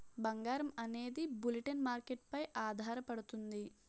బంగారం అనేది bullion market పై ఆధారపడుతుంది